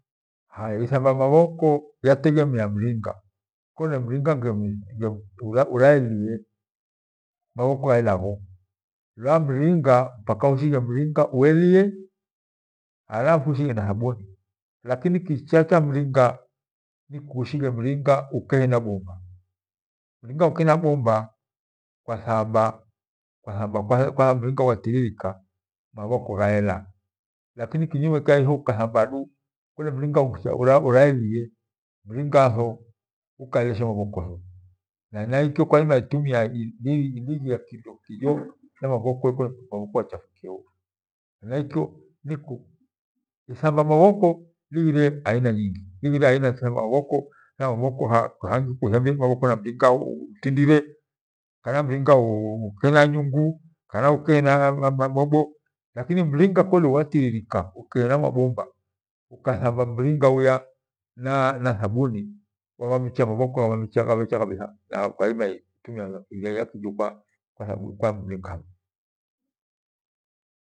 Ithamba mabhoko yategemea mringa. Kole mringa nge nge ureleie mabhoko ghadagho lubhaha mringa mpaka ushinghe mringa uelie, halafu ushighe na thaburi lakini kicha kya mringa niushighe mringa uke hinabomba. Mringa uke hena bomba, kwathamba kwathamba iyowatiririka mabhokonyi ghaela lakini iho nkathambadu kolemringa ura- uraelie mringa tho ukaeleshe mabhoko tho. Henaikyo wairima itumia ilighia kijo kole mabhoko ghachafukie. Hanakieo niku ithamba mambhoko nighire aina nyingi lighire ithamba mabhoko na mring anelie, kana mringa uke hena nyungu, kana uke hena mabibo lakini kole mringa kwatiririka uke hena thabuni wabhancha kabitha na kwarima itumiea ighenya kijo.